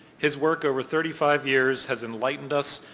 his work over thirty five years has enlightened us,